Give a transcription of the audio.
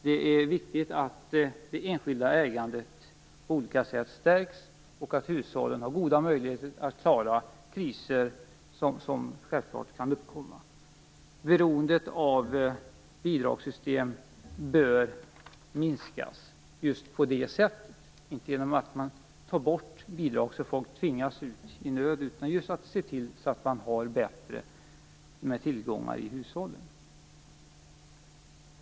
Det är viktigt att det enskilda ägandet på olika sätt stärks och att hushållen har goda möjligheter att klara kriser som självklart kan uppkomma. Beroendet av bidragssystem bör minskas inte genom att bidrag tas bort så att folk tvingas ut i nöd, utan genom att se till att det finns bättre tillgångar i hushållen.